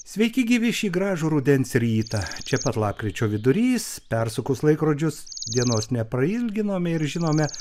sveiki gyvi šį gražų rudens rytą čia pat lapkričio vidurys persukus laikrodžius dienos neprailginom ir žinome